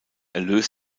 erlös